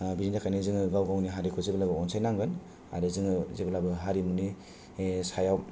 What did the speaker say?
आ बिनि थाखायनो जोङो गाव गावनि हारिखौ जेब्लायबो अनसायनांगोन आरो जोङो जेब्लाबो हारिमुनि सायाव